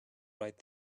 right